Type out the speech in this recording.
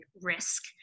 risk